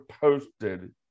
posted